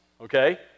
okay